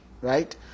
right